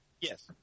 Yes